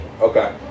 Okay